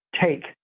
take